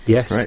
Yes